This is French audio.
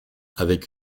avec